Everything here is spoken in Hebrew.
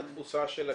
אם התפוסה בקהילות